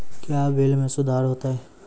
क्या बिल मे सुधार होता हैं?